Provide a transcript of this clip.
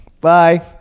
Bye